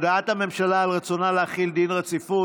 הודעת הממשלה על רצונה להחיל דין רציפות